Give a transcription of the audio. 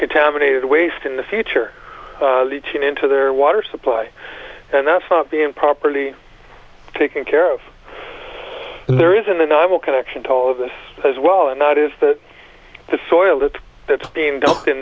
contaminated waste in the future leeching into their water supply and that's not being properly taken care of and there isn't a novel connection to all of this as well and that is that the soil that that's being d